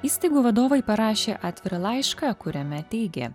įstaigų vadovai parašė atvirą laišką kuriame teigė